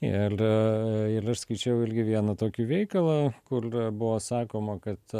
il il aš skaičiau ilgi vieną tokį veikalą kul buvo sakoma kad